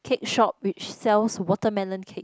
cake shop which sells watermelon cake